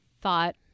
thought